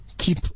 Keep